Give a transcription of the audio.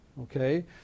okay